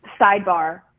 sidebar